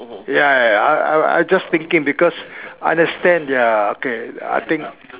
ya ya ya I I I just thinking because understand their okay I think